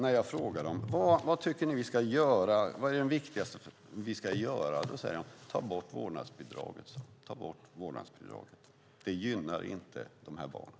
När jag frågar dem vad de tycker att vi ska göra och vad det viktigaste vi kan göra är svarar de: Ta bort vårdnadsbidraget! Det gynnar inte de här barnen.